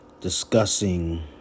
discussing